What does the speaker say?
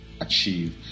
achieve